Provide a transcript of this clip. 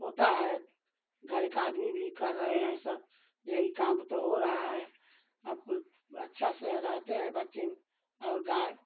होता है घरे का आदमी भी कर रहे हैं सब यही काम तो हो रहा है अब अच्छा से रहते हैं बच्चे और गाय